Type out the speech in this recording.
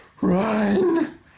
run